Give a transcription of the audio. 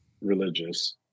religious